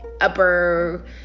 upper